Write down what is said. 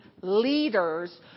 leaders